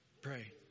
pray